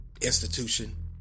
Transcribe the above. institution